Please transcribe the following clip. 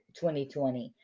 2020